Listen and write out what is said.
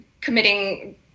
committing